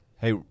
Hey